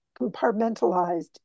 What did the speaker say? compartmentalized